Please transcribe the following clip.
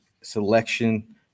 selection